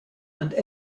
and